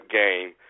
game